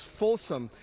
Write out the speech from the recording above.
fulsome